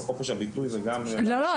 אבל חופש הביטוי זה גם -- לא,